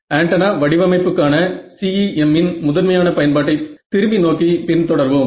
antenna வடிவமைப்புக்கான CEM இன் முதன்மையான பயன்பாட்டை திரும்பி நோக்கி பின் தொடர்வோம்